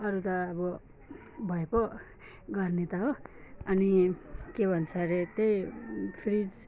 अरू त अब भए पो गर्ने त हो अनि के भन्छ अरे त्यही फ्रिज